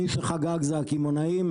מי שחגג זה הקמעונאים,